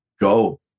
go